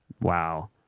Wow